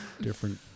Different